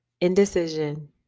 indecision